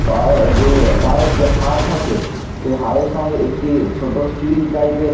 তা যে পায়ের যে পায়ের যে হাড় থাকে সে হাড়ের সঙ্গে একটি ছোটো স্টিল টাইপের